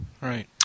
Right